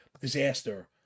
disaster